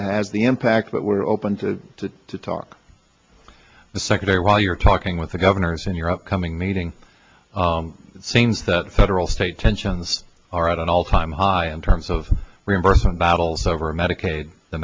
has the impact that we're open to to talk to the secretary while you're talking with the governors in your upcoming meeting it seems that the federal state tensions are at an all time high in terms of reimbursement battles over medicaid the